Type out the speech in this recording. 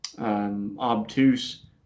Obtuse